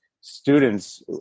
students